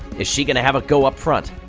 is she gonna have a go up front?